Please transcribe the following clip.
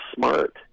smart